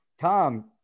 Tom